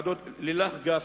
לילך גפני,